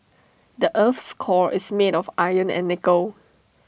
the Earth's core is made of iron and nickel